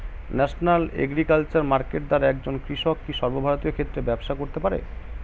National agriculture market দ্বারা একজন কৃষক কি সর্বভারতীয় ক্ষেত্রে ব্যবসা করতে পারে?